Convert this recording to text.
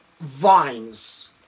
vines